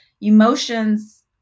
emotions